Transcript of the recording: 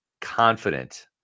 confident